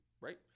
right